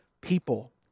people